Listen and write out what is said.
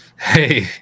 Hey